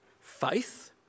faith